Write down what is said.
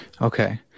Okay